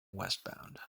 westbound